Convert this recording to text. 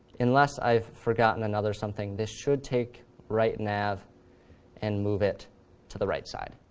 unless i've forgotten another something, this should take rightnav and move it to the right side.